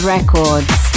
Records